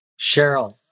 cheryl